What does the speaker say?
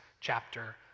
chapter